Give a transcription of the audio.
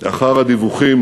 אחר הדיווחים